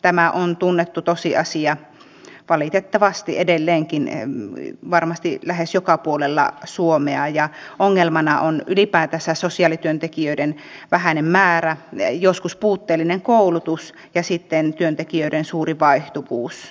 tämä on tunnettu tosiasia valitettavasti edelleenkin lähes joka puolella suomea ja ongelmana on ylipäätänsä sosiaalityöntekijöiden vähäinen määrä joskus puutteellinen koulutus ja sitten työntekijöiden suuri vaihtuvuus